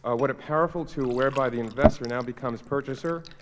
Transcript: ah what a powerful tool whereby the investor now becomes purchaser,